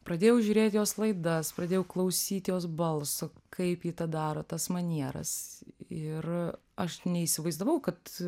pradėjau žiūrėti jos laidas pradėjau klausyti jos balso kaip ji tą daro tas manieras ir aš neįsivaizdavau kad